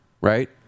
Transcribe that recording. right